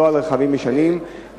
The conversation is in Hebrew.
לא על רכבים ישנים,